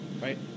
right